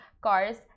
cars